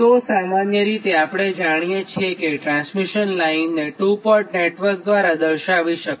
તો સામાન્ય રીતે આપણે જાણીએ છીએ કે ટ્રાન્સમિશન લાઇનને ટુ પોર્ટ નેટવર્ક દ્વારા દર્શાવી શકાય